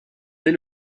dès